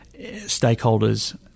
stakeholders